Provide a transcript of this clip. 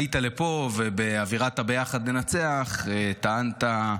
עלית לפה ובאווירת הביחד ננצח טענת: